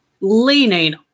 leaning